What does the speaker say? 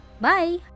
Bye